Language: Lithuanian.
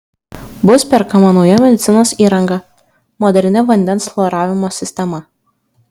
bus perkama nauja medicinos įranga moderni vandens chloravimo sistema